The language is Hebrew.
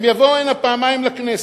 הם יבואו הנה פעמיים לכנסת.